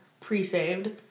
pre-saved